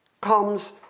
comes